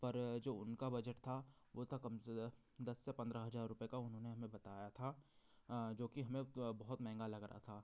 पर जो उनका बजट था वो था कम से दस से पंद्रह हज़ार रुपये का उन्होंने हमें बताया था जो कि हमें तो बहुत मेहँगा लग रहा था